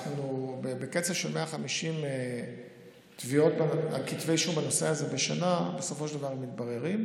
אנחנו בקצב ש-150 כתבי אישום בנושא הזה בשנה בסופו של דבר מתבררים.